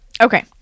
Okay